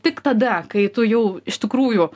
tik tada kai tu jau iš tikrųjų